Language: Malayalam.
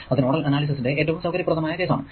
അത് നോഡൽ അനാലിസിസിന്റെ ഏറ്റവും സൌകര്യപ്രദമായ കേസ് ആണ്